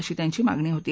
अशी त्यांची मागणी होती